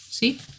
See